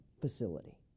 facility